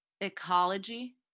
ecology